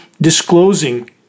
disclosing